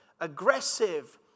aggressive